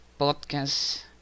podcast